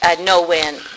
no-win